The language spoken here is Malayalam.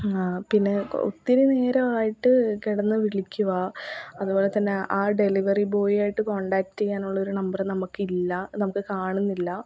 പിന്നെ ഒത്തിരി നേരമായിട്ട് കിടന്നു വിളിക്കുവാ അതുപോലെ തന്നെ ആ ഡെലിവറി ബോയ് ആയിട്ട് കോൺടാക്ട് ചെയ്യാനുള്ളൊരു നമ്പർ നമുക്കില്ല നമുക്ക് കാണുന്നില്ല